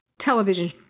television